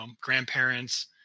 grandparents